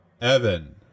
Evan